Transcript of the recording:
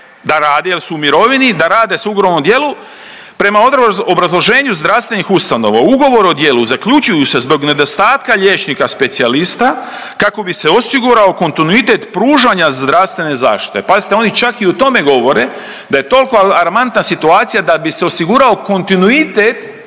da rade jel su u mirovini, da rada s ugovorom o djelu. Prema obrazloženju zdravstvenih ustanova, ugovori o djelu zaključuju se zbog nedostatka liječnika specijalista kako bi se osigurao kontinuitet pružanja zdravstvene zaštite, pazite, oni čak i o tome govore da je tolko alarmantna situacija da bi se osigurao kontinuitet